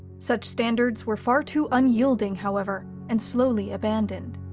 such standards were far too unyielding however, and slowly abandoned.